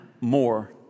more